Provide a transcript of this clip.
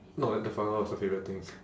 not like the foie gras was your favourite thing